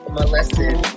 molested